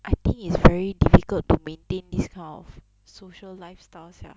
I think it's very difficult to maintain this kind of social lifestyle sia